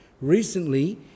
Recently